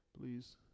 please